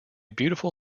beautiful